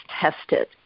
tested